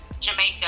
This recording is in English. Jamaica